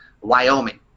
Wyoming